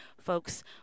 Folks